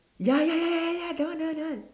ya ya ya ya ya that one that one that one